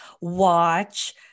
watch